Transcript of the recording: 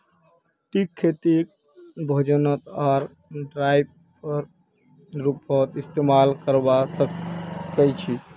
कीट खेतीक भोजन आर डाईर रूपत इस्तेमाल करवा सक्छई